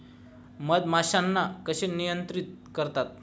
मधमाश्यांना कसे नियंत्रित करतात?